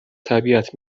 طبیعت